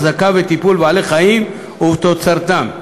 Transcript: החזקה וטיפול בבעלי-חיים ובתוצרתם.